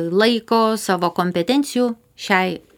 laiko savo kompetencijų šiai